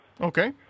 Okay